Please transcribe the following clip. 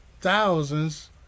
thousands